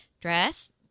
dress